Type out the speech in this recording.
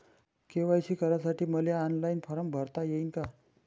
KYC करासाठी मले online form भरता येईन का?